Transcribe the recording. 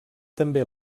també